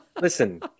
listen